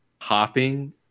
hopping